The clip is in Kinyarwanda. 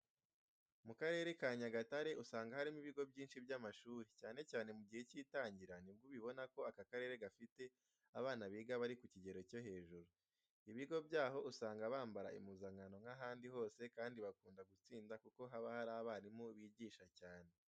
Mu karere ka Nyagatare usanga harimo ibigo byinshi by'amashuri, cyane cyane mu gihe cy'itangira nibwo ubibona ko aka karere gafite abana biga bari ku kigero cyo hejuru. Ibigo byaho usanga bambara impuzankano nk'ahandi hose kandi bakunda gutsinda kuko haba hari abarimu bigisha cyane.